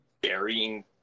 burying